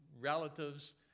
relatives